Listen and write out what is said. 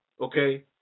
okay